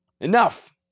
Enough